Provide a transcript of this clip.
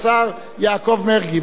השר יעקב מרגי.